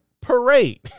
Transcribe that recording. Parade